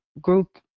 group